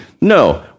No